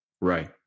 Right